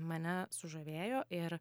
mane sužavėjo ir